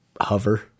hover